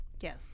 Yes